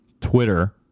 Twitter